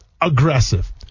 aggressive